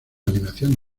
animación